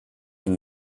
neue